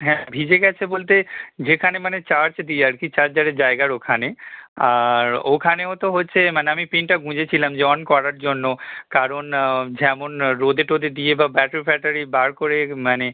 হ্যাঁ ভিজে গেছে বলতে যেখানে মানে চার্জ দিই আর কি চার্জারের জায়গার ওখানে আর ওখানেও তো হচ্ছে মানে আমি পিনটা গুঁজে ছিলাম অন করার জন্য কারণ যেমন রোদে টোদে দিয়ে বা ব্যাটারি ফ্যাটারি বার করে মানে